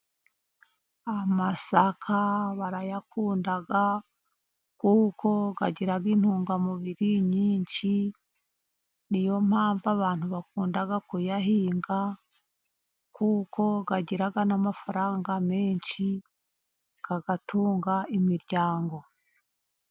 Amasaka barayakunda, kuko agira intungamubiri nyinshi. Niyo mpamvu abantu bakunda kuyahinga, kuko agira n'amafaranga menshi, agatunga imiryango.